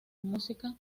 música